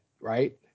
right